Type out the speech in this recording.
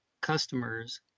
customers